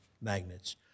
magnets